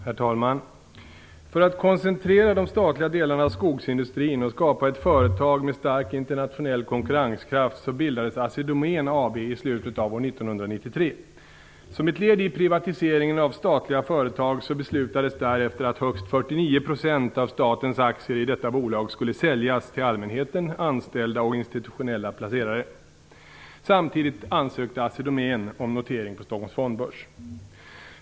Herr talman! För att koncentrera de statliga delarna av skogsindustrin och skapa ett företag med stark internationell konkurrenskraft bildades Assi Domän AB i slutet av 1993. Som ett led i privatiseringen av statliga företag beslutades därefter att högst 49 % av statens aktier i detta bolag skulle säljas till allmänheten, anställda och institutionella placerare. Samtidigt ansökte Assi Domän om notering på Stockholms fondbörs.